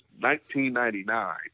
1999